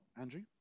Andrew